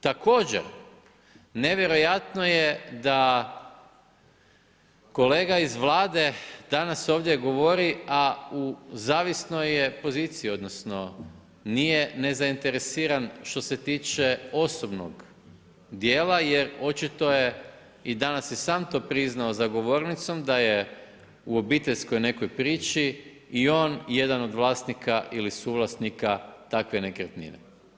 Također, nevjerojatno je da kolega iz Vlade danas ovdje govori a u zavisnoj je poziciji, odnosno nije nezainteresiran što se tiče osobnog dijela jer očito je i danas i sam to priznao za govornicom da je u obiteljskoj nekoj priči i on jedan od vlasnika ili suvlasnika takve nekretnine.